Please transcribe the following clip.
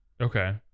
Okay